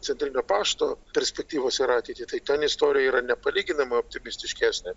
centrinio pašto perspektyvas ir ateitį tai ten istorija yra nepalyginamai optimistiškesnė